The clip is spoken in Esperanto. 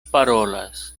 parolas